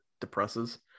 depresses